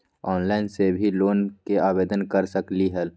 Online से भी loan के आवेदन कर सकलीहल?